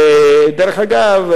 דרך אגב,